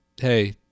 hey